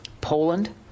Poland